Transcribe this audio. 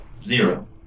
Zero